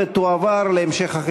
בתקליט וזכויות מבצעים (תיקוני חקיקה),